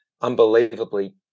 unbelievably